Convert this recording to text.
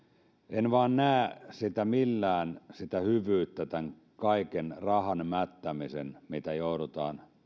en vain näe millään sitä hyvyyttä tässä kaikessa rahan mättämisessä mitä joudutaan